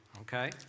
okay